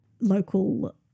local